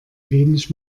wenig